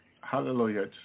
Hallelujah